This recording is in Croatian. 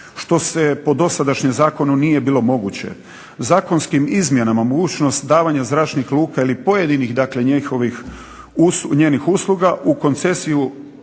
što po dosadašnjem zakonu nije bilo moguće. Zakonskim izmjenama mogućnost davanja zračnih luka ili pojedinih njenih usluga u koncesiju